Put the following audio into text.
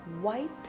white